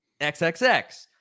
XXX